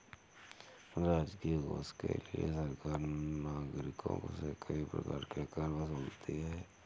राजकीय कोष के लिए सरकार नागरिकों से कई प्रकार के कर वसूलती है